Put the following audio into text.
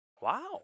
Wow